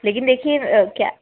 लेकिन देखिए क्या